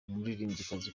umuririmbyikazi